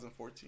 2014